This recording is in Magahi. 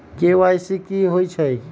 के.वाई.सी कि होई छई?